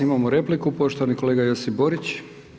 Imamo repliku, poštovani kolega Josip Borić.